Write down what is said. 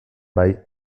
bai